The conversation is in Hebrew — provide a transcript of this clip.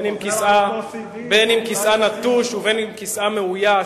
בין שכיסאה נטוש ובין שכיסאה מאויש,